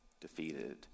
defeated